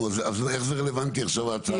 נו אז איך זה רלוונטי עכשיו ההצעה?